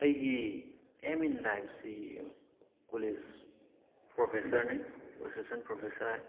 ꯑꯩꯒꯤ M in ꯂꯥꯏꯐꯁꯤ college ꯄ꯭ꯔꯣꯐꯦꯁꯔꯅꯤ ꯑꯦꯁꯤꯁꯇꯦꯟ ꯄ꯭ꯔꯣꯐꯦꯁꯔ